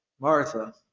Martha